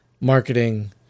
marketing